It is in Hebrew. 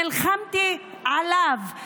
נלחמתי עליו.